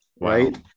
right